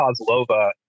Kozlova